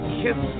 kiss